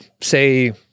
say